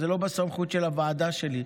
אבל זה לא בסמכות הוועדה שלי.